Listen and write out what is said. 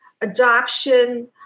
adoption